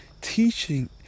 teaching